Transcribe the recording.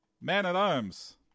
Man-at-Arms